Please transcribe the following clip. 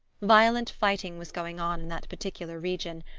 violent fighting was going on in that particular region,